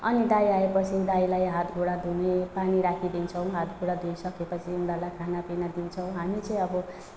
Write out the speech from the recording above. अनि दाइ आएपछि दाइलाई हातगोडा धुने पानी राखिदिन्छौँ हातगोडा धोइसकेपछि उनीहरूलाई खानापिना दिन्छौँ हामी चाहिँ अब